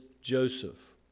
Joseph